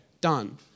done